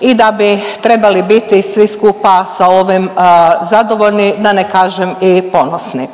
i da bi trebali biti svi skupa sa ovim zadovoljni, da ne kažem i ponosni.